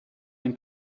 den